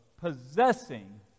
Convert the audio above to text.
possessing